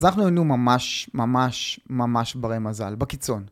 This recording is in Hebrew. אז אנחנו היינו ממש ממש ממש ברי מזל, בקיצון.